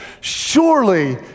surely